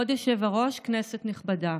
כבוד היושב-ראש, כנסת נכבדה,